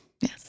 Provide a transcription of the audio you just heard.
Yes